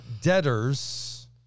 debtors